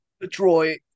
Detroit